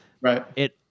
Right